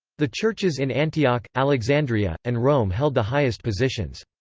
the churches in antioch, alexandria, and rome held the highest positions.